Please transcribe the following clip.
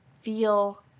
feel